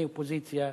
אני אופוזיציה,